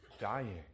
dying